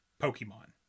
Pokemon